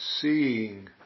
seeing